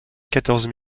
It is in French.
quatorze